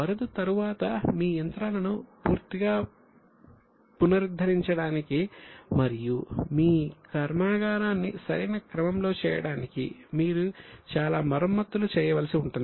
వరద తరువాత మీ యంత్రాలను పునరుద్ధరించడానికి మరియు మీ కర్మాగారాన్ని సరైన క్రమంలో చేయడానికి మీరు చాలా మరమ్మతులు చేయవలసి ఉంటుంది